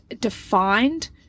defined